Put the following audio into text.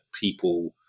people